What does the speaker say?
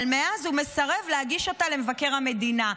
אבל מאז הוא מסרב להגיש אותה למבקר המדינה.